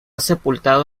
sepultado